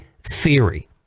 theory